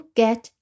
get